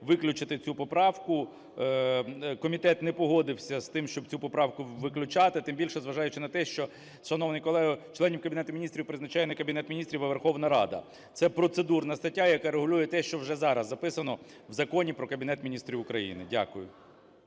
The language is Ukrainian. виключити цю поправку. Комітет не погодився з тим, щоб цю поправку виключати. Тим більше, зважаючи на те, що, шановний колего, членів Кабінету Міністрів призначає не Кабінет Міністрів, а Верховна Рада. Це процедурна стаття, яка регулює те, що вже зараз записано в Законі "Про Кабінет Міністрів України". Дякую.